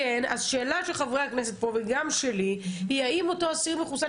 השאלה של חברי הכנסת פה וגם שלי היא אם אותו אסיר מחוסן